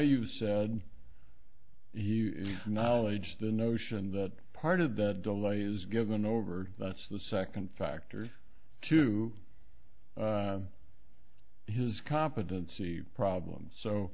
you said you knowledge the notion that part of the delay is given over that's the second factor to his competency problems so